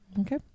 Okay